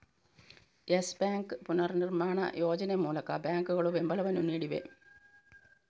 Yes Bank ಪುನರ್ನಿರ್ಮಾಣ ಯೋಜನೆ ಮೂಲಕ ಬ್ಯಾಂಕುಗಳು ಬೆಂಬಲವನ್ನು ನೀಡಿವೆ